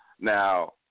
Now